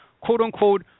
quote-unquote